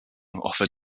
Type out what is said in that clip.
offer